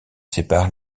sépare